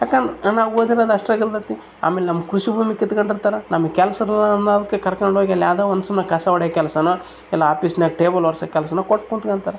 ಯಾಕಂದ್ರೆ ನಾವು ಓದಿರೋದು ಅಷ್ಟರಾಗ್ ಇರ್ತದೆ ಆಮೇಲೆ ನಮ್ಮ ಕೃಷಿ ಭೂಮಿ ಕಿತ್ಕೊಂಡಿರ್ತಾರೆ ನಮ್ಗೆ ಕೆಲ್ಸ ಇರಲ್ಲ ಅನ್ನೊದಕ್ಕೆ ಕರ್ಕೊಂಡು ಹೋಗಿ ಅಲ್ಲಿ ಯಾವುದೋ ಒಂದು ಸುಮ್ಮನೆ ಕಸ ಹೊಡಿಯೋ ಕೆಲ್ಸ ಇಲ್ಲ ಆಫೀಸ್ನಾಗ ಟೇಬಲ್ ಒರ್ಸೋ ಕೆಲ್ಸ ಕೊಟ್ಟು ಕುಂತ್ಕೋತಾರೆ